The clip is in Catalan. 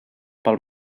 pel